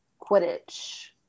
Quidditch